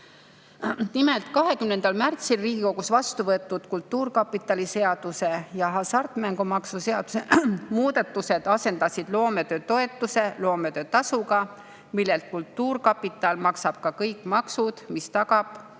Nimelt, 20. märtsil Riigikogus vastuvõetud [Eesti] Kultuurkapitali seaduse ja hasartmängumaksu seaduse muudatused asendasid loometöötoetuse loometöötasuga, millelt kultuurkapital maksab kõik maksud. See tagab loomeinimestele